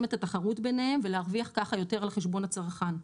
את התחרות ביניהם ולהרוויח ככה יותר על חשבון הצרכן.